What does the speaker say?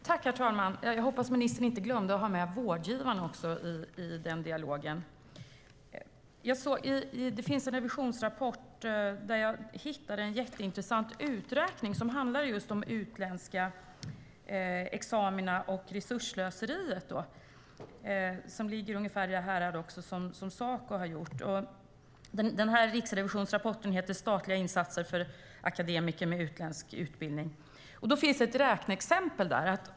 Herr talman! Jag hoppas att ministern inte glömde att ha med vårdgivarna i den dialogen. Det finns en revisionsrapport där jag hittade en intressant uträkning som handlar om utländska examina och resursslöseri som ligger ungefär i det härad som Saco har angett. Den rapporten från Riksrevisionen heter Statliga insatser för akademiker med utländsk utbildning . Där finns ett räkneexempel.